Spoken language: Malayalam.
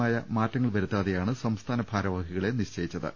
മായ മാറ്റങ്ങൾ വരുത്താതെയാണ് സംസ്ഥാന ഭാരവാഹികളെ നിശ്ചയിച്ച ത്